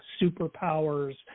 superpowers